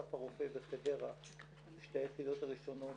אסף הרופא וחדרה הן שתי היחידות הראשונות